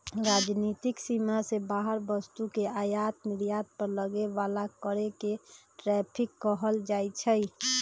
राजनीतिक सीमा से बाहर वस्तु के आयात निर्यात पर लगे बला कर के टैरिफ कहल जाइ छइ